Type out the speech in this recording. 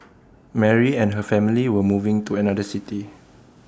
Mary and her family were moving to another city